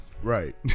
Right